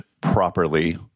properly